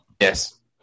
yes